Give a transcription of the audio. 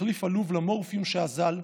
כתחליף עלוב למורפיום שאזל,